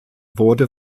wurde